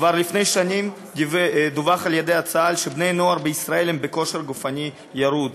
כבר לפני שנים דווח על ידי צה"ל שבני הנוער בישראל בכושר גופני ירוד,